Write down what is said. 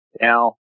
Now